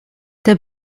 der